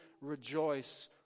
rejoice